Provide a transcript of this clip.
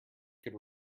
could